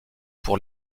pour